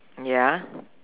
ya